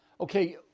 Okay